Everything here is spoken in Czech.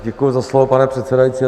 Děkuji za slovo, pane předsedající.